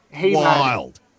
Wild